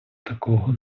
такого